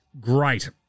great